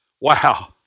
Wow